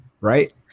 right